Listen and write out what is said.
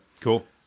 cool